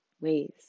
ways